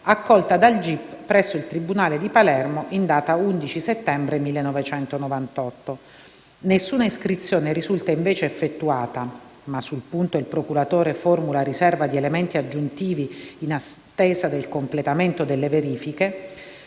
accolta dal gip presso il tribunale di Palermo in data 11 settembre 1998. Nessuna iscrizione risulta invece effettuata - ma sul punto il procuratore formula riserva di elementi aggiuntivi in attesa del completamento delle verifiche